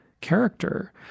character